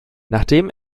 nachdem